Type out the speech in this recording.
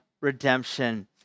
redemption